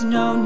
no